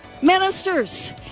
Ministers